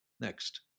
Next